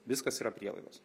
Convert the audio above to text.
viskas yra prielaidos